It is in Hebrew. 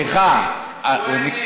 סליחה, הוא העניק.